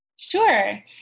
Sure